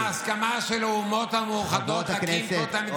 ההסכמה של האומות המאוחדות להקים פה את המדינה,